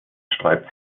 sträubt